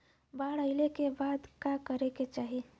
बाढ़ आइला के बाद का करे के चाही?